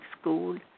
school